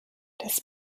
das